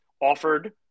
offered